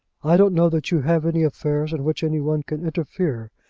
i don't know that you have any affairs in which any one can interfere.